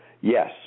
Yes